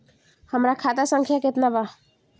हमरा खाता संख्या केतना बा?